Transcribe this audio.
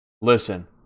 listen